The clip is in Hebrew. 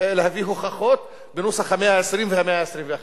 להביא הוכחות בנוסח המאה ה-20, והמאה ה-21.